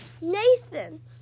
Nathan